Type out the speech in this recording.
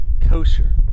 kosher